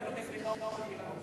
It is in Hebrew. אני מבקש סליחה ומחילה.